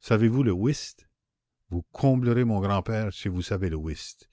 savez-vous le whist vous comblerez mon grand-père si vous savez le whist